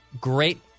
great